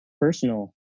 personal